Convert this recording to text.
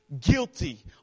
guilty